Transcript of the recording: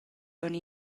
aunc